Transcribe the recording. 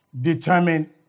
determine